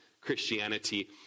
Christianity